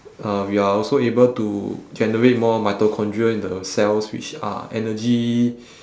uh we are also able to generate more mitochondria in the cells which are energy